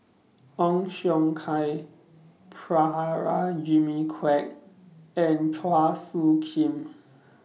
Ong Siong Kai Prabhakara Jimmy Quek and Chua Soo Khim